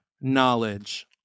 knowledge